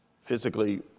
physically